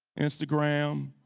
instagram?